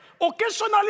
Occasionally